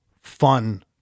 fun